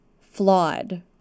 Flawed